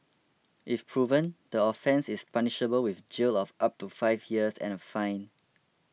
if proven the offence is punishable with jail of up to five years and a fine